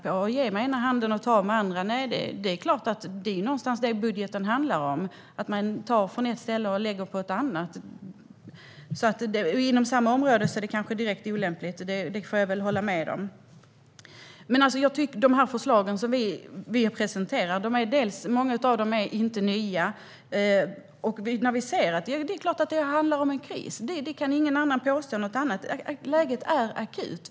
När det gäller att ge med den ena handen och ta med den andra är det ju någonstans det budgeten handlar om - att man tar från ett ställe och lägger på ett annat. Inom samma område kanske det är direkt olämpligt; det får jag väl hålla med om. Många av de förslag vi presenterar är inte nya. Det är klart att det handlar om en kris. Ingen kan påstå något annat. Läget är akut!